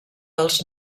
dels